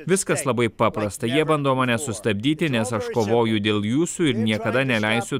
viskas labai paprasta jie bando mane sustabdyti nes aš kovoju dėl jūsų ir niekada neleisiu